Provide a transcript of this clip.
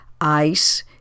ice